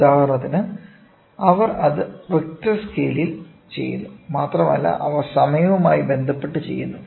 ഉദാഹരണത്തിന് അവർ അത് റിക്ടർ സ്കെയിലുകളിൽ ചെയ്യുന്നു മാത്രമല്ല അവ സമയവുമായി ബന്ധപ്പെട്ട് ചെയ്യുന്നു